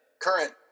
current